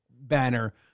banner